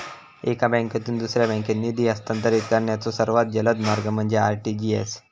एका बँकेतून दुसऱ्या बँकेत निधी हस्तांतरित करण्याचो सर्वात जलद मार्ग म्हणजे आर.टी.जी.एस